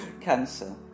cancer